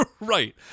Right